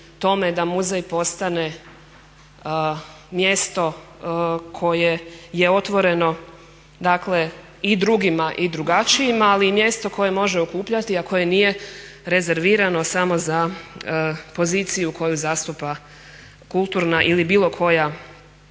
da muzej postane mjesto koje je otvoreno dakle i drugima i drugačijima, ali i mjesto koje može okupljati a koje nije rezervirano samo za poziciju koju zastupa kulturna ili bilo koja